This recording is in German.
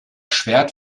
schwert